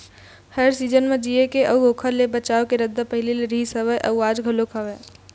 हर season म जीए के अउ ओखर ले बचाव के रद्दा पहिली ले रिहिस हवय अउ आज घलोक हवय